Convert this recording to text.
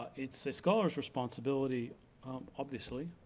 it's a scholars responsibility obviously,